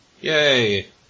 Yay